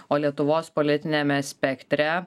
o lietuvos politiniame spektre